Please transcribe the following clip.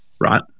right